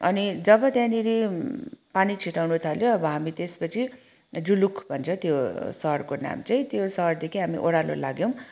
अनि जब त्यहाँनिर पानी छिटाउन थाल्यो अनि हामी त्यसपछि जुलुक भन्छ त्यो सहरको नाम चाहिँ त्यो सहरदेखि हामी ओह्रालो लाग्यौँ